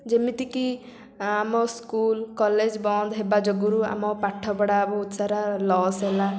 ଯେମିତି କି ଆମ ସ୍କୁଲ କଲେଜ ବନ୍ଦ ହେବା ଯୋଗୁଁରୁ ଆମ ପାଠପଢ଼ା ବହୁତ ସାରା ଲସ୍ ହେଲା